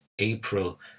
April